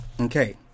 Okay